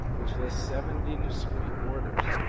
which lists seventy discrete orders